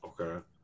Okay